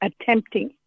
attempting